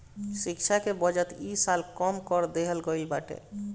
शिक्षा के बजट इ साल कम कर देहल गईल बाटे